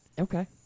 Okay